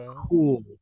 cool